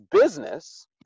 business